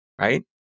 right